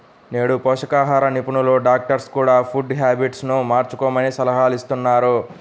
నేడు పోషకాహార నిపుణులు, డాక్టర్స్ కూడ ఫుడ్ హ్యాబిట్స్ ను మార్చుకోమని సలహాలిస్తున్నారు